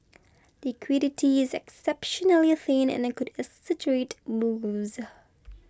liquidity is exceptionally thin and could exaggerate